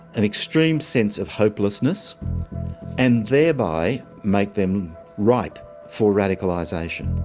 an extreme sense of hopelessness and thereby make them ripe for radicalization.